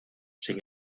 sin